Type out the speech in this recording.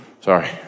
Sorry